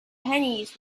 pennies